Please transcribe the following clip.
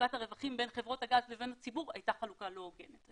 שחלוקת הרווחים בין חברות הגז לבין הציבור הייתה חלוקה לא הוגנת,